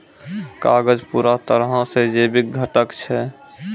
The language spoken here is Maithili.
कागज पूरा तरहो से जैविक घटक छै